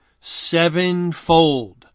sevenfold